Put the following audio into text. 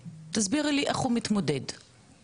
בבקשה.